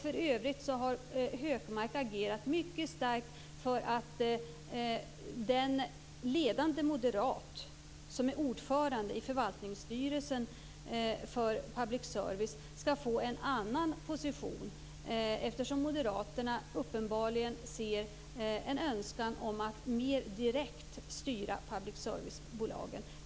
För övrigt har Hökmark agerat mycket starkt för att den ledande moderat som är ordförande i förvaltningsstyrelsen för public service skall få en annan position eftersom moderaterna uppenbarligen ser en önskan om att mer direkt styra public service-bolagen.